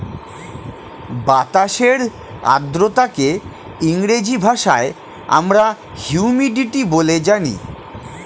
বাতাসের আর্দ্রতাকে ইংরেজি ভাষায় আমরা হিউমিডিটি বলে জানি